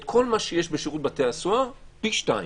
כל מה שיש בשירות בתי הסוהר - פי שניים.